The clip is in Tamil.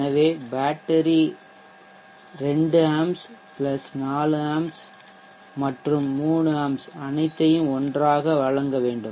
எனவே பேட்டரி 2 ஆம்ப்ஸ் பிளஸ் 4 ஆம்ப்ஸ் மற்றும் 3 ஆம்ப்ஸ் அனைத்தையும் ஒன்றாக வழங்க வேண்டும்